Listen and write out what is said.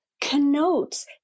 connotes